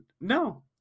No